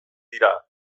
dira